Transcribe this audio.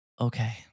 Okay